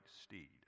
steed